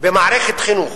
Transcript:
במערכת חינוך